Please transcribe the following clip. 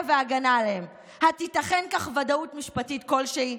והגנה עליהם." "התיתכן כך ודאות משפטית כלשהי?